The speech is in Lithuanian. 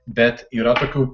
bet yra tokių